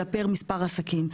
אלא פר מספר עסקים.